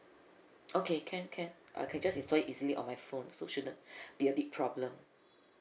okay can can I can just install it easily on my phone so shouldn't be a big problem